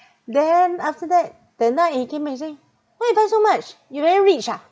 then after that turn out he came and say why you buy so much you very rich ah